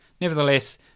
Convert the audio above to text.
Nevertheless